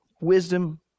wisdom